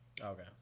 Okay